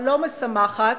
הלא-משמחת,